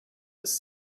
was